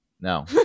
no